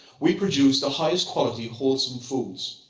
we produce the highest quality, wholesome foods.